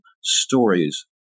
stories